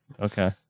Okay